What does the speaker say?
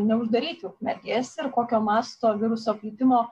neuždaryti ukmergės ir kokio masto viruso plitimo